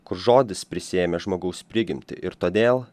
kur žodis prisiėmė žmogaus prigimtį ir todėl